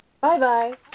bye-bye